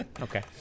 Okay